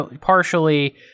partially